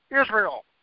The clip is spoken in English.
Israel